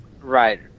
right